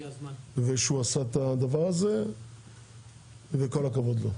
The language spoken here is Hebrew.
ושהוא עשה את הדבר הזה וכל הכבוד לו.